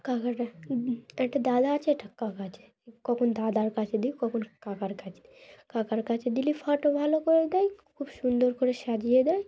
কাকাটা একটা দাদা আছে একটা কাকা আছে কখন দাদার কাছে দিই কখন কাকার কাছে দিই কাকার কাছে দিলে ফটো ভালো করে দেয় খুব সুন্দর করে সাজিয়ে দেয়